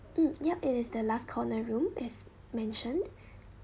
mm yup it is the last corner room as mentioned